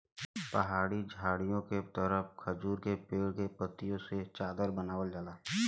पहाड़ी झाड़ीओ के तरह खजूर के पेड़ के पत्तियों से चादर बनावल जाला